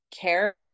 care